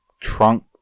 trunk